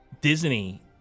Disney